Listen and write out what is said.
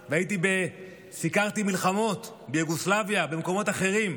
סיקרתי מלחמות ביוגוסלביה, במקומות אחרים,